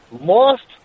lost